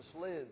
lives